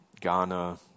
Ghana